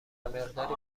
مقداری